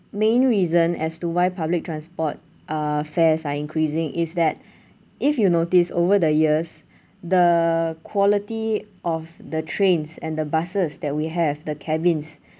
main reason as to why public transport uh fares are increasing is that if you noticed over the years the quality of the trains and the buses that we have the cabins